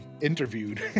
interviewed